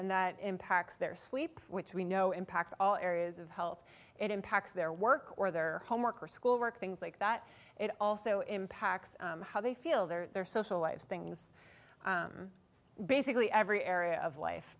and that impacts their sleep which we know impacts all areas of health impacts their work or their home work or school work things like that it also impacts how they feel their social lives things basically every area of life